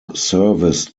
serviced